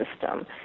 system